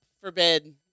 forbid